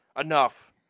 Enough